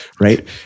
Right